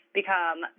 become